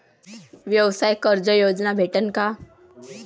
व्यवसाय कर्ज योजना भेटेन का?